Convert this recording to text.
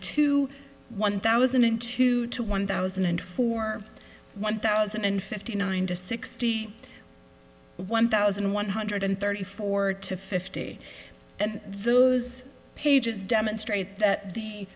to one thousand and two to one thousand and four one thousand and fifty nine to sixty one thousand one hundred and thirty four to fifty and those pages demonstrate that the